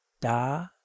da